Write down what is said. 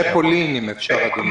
והמסעות לפולין, אם אפשר.